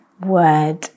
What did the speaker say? word